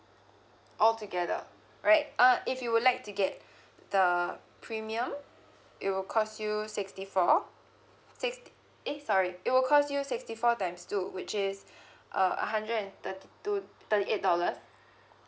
altogether alright uh if you would like to get the premium it will costs you sixty four six eh sorry it will costs you sixty four times two which is uh a hundred and thirty two thirty eight dollars